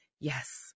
Yes